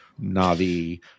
Navi